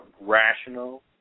rational